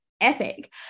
epic